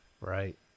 Right